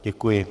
Děkuji.